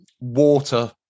water